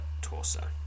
torso